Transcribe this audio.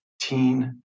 teen